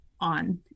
on